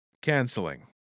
Canceling